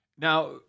Now